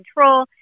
control